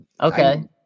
okay